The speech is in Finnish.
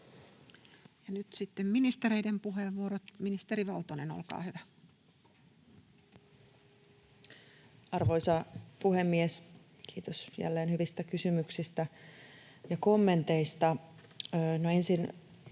nyt sitten ministereiden puheenvuorot. — Ministeri Valtonen, olkaa hyvä. Arvoisa puhemies! Kiitos jälleen hyvistä kysymyksistä ja kommenteista.